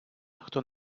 хто